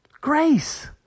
Grace